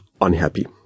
unhappy